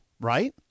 right